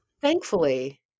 Thankfully